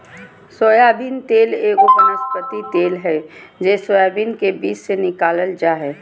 soybean तेल एगो वनस्पति तेल हइ जे सोयाबीन के बीज से निकालल जा हइ